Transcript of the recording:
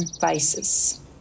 vices